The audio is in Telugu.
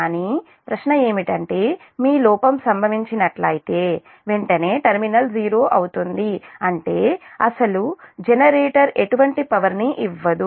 కానీ ప్రశ్న ఏమిటంటే మీ లోపం సంభవించి నట్లయితే వెంటనే టెర్మినల్ వోల్టేజ్ '0 అవుతుంది 'అంటే జనరేటర్ ఎటువంటి పవర్ ని ఇవ్వదు